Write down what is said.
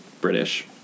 British